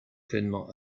pleinement